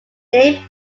name